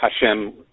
Hashem